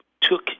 took